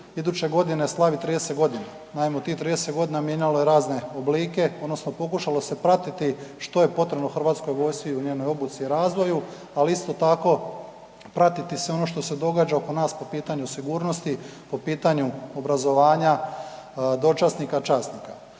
iduće godine slavi 30 godina. Naime, u tih 30 godina mijenjalo je razne oblike, odnosno pokušalo se pratiti što je potrebno HV-u u njenoj obuci i razvoju, ali isto tako, pratiti se ono što se događa oko nas po pitanju sigurnosti, po pitanju obrazovanja, dočasnika, časnika.